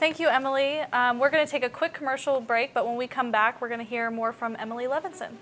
thank you emily we're going to take a quick commercial break but when we come back we're going to hear more from emily l